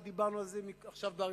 דיברנו על זה עכשיו באריכות,